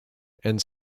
and